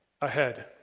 ahead